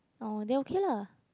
oh then okay lah